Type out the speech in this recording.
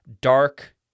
dark